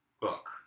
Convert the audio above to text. book